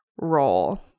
role